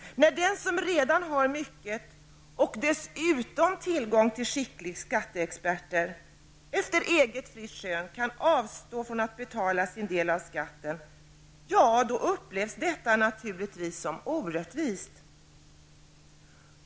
När den som redan har mycket, och dessutom tillgång till skickliga skatteexperter, efter eget fritt skön kan avstå från att betala sin del av skatten, ja, då upplevs naturligtvis detta som orättvist.